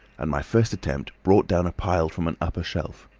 and my first attempt brought down a pile from an upper shelf.